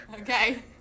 Okay